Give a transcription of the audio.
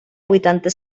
vuitanta